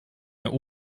mir